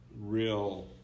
real